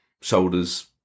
shoulders